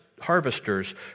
harvesters